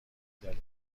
دلیل